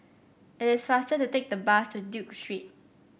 it is faster to take the bus to Duke Street